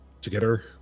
together